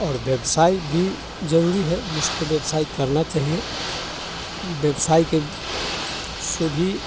और व्यवसाय भी जरूरी है जिसको व्यवसाय करना चाहिए व्यवसाय के से भी